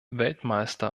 weltmeister